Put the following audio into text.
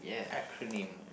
acronym